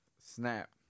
snap